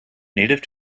native